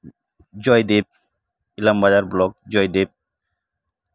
Joydeb Ilam Bazar block Joydeb